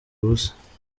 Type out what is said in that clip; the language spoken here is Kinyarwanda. ubusa